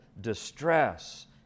distress